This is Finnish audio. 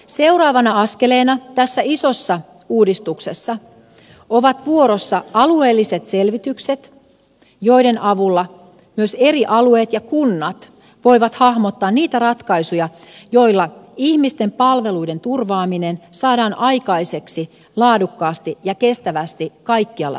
seuraavana askeleena tässä isossa uudistuksessa ovat vuorossa alueelliset selvitykset joiden avulla myös eri alueet ja kunnat voivat hahmottaa niitä ratkaisuja joilla ihmisten palveluiden turvaaminen saadaan aikaiseksi laadukkaasti ja kestävästi kaikkialla suomessa